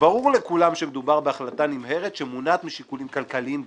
ברור לכולם שמדובר בהחלטה נמהרת שמונעת משיקולים כלכליים גרידא.